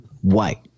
White